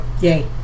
yay